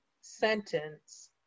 sentence